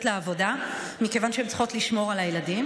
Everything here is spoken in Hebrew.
לעבודה מכיוון שהן צריכות לשמור על הילדים,